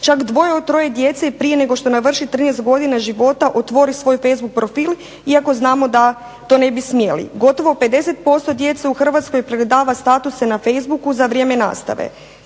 čak dvoje od troje djece prije nego što navrši 13 godina života otvori svoj Facebook profil iako znamo da to ne bi smjeli. Gotovo 50% djece u Hrvatskoj pregledava statuse na Facebooku za vrijeme nastave.